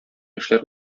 яшьләр